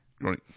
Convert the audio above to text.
Right